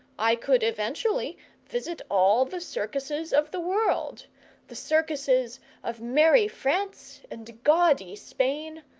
i could eventually visit all the circuses of the world the circuses of merry france and gaudy spain,